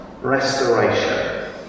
Restoration